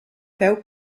feu